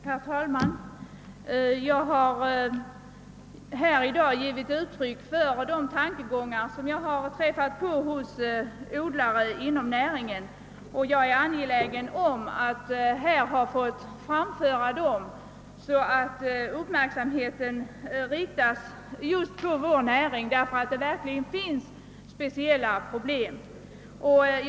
Herr talman! Jag har här i dag givit uttryck för de tankegångar som jag har träffat på hos odlare inom trädgårdsnäringen. Jag har varit angelägen om att få framföra dem, så att uppmärksamheten riktas på vår näring, därför att vi verkligen har speciella problem att ta hänsyn till.